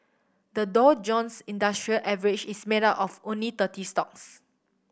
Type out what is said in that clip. the Dow Jones Industrial Average is made up of only thirty stocks